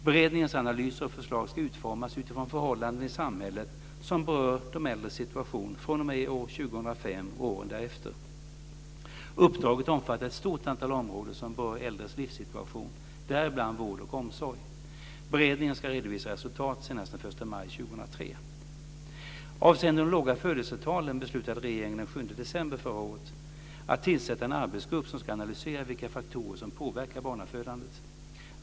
Beredningens analyser och förslag ska utformas utifrån förhållanden i samhället som berör äldres situation fr.o.m. år 2005 och åren därefter. Uppdraget omfattar ett stort antal områden som berör äldres livssituation, däribland vård och omsorg. Beredningen ska redovisa resultatet senast den 1 maj Avseende de låga födelsetalen beslutade regeringen den 7 december förra året att tillsätta en arbetsgrupp som ska analysera vilka faktorer som påverkar barnafödandet.